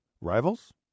Rivals